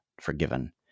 forgiven